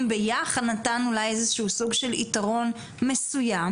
ביחד נתן אולי איזשהו סוג של יתרון מסוים,